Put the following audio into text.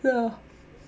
the